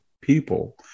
people